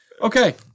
Okay